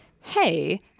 hey